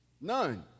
None